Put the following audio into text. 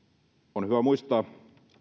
on hyvä muistaa